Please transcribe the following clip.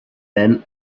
than